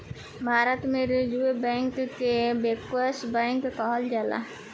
भारत में reserve bank के bankers के बैंक कहल जाला